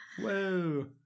Whoa